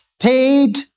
paid